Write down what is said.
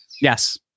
Yes